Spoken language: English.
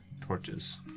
torches